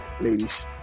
ladies